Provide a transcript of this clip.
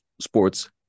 sports